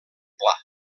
pla